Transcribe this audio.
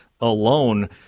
alone